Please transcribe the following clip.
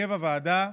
הרכב הוועדה,